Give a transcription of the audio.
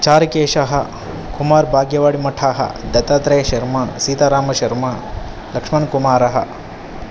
चारुकेशः कुमार् भाग्यवड् मठः दत्तात्रेयशर्मा सीताारामशर्मा लक्ष्मण् कुमारः